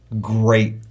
great